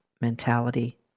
mentality